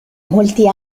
molti